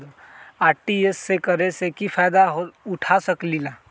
RTGS करे से की फायदा उठा सकीला?